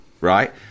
right